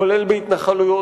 כולל בהתנחלויות,